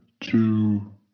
two